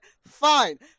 Fine